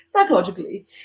psychologically